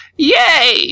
Yay